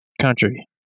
country